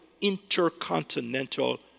intercontinental